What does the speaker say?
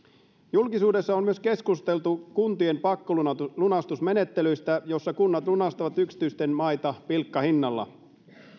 julkisuudessa on myös keskusteltu kuntien pakkolunastusmenettelyistä joissa kunnat lunastavat yksityisten maita pilkkahinnalla